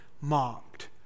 mocked